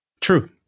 True